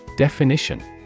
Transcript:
Definition